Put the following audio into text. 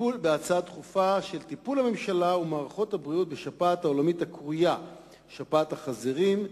טיפול הממשלה ומערכות הבריאות בשפעת העולמית הקרויה שפעת החזירים,